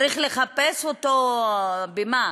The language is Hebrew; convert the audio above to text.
צריך לחפש אותו במה?